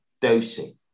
dosing